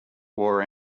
war